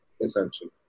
essentially